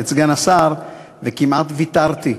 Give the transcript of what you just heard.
את סגן השר וכמעט ויתרתי.